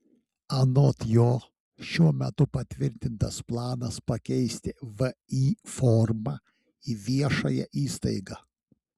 anot jo šiuo metu patvirtintas planas pakeisti vį formą į viešąją įstaigą